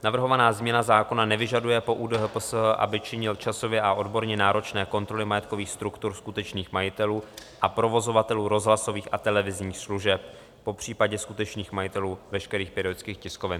Navrhovaná změna zákona nevyžaduje po ÚDHPSH, aby činil časově a odborně náročné kontroly majetkových struktur skutečných majitelů a provozovatelů rozhlasových a televizních služeb, popřípadě skutečných majitelů veškerých periodických tiskovin.